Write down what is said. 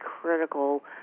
critical